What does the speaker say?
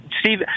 Steve